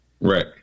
Right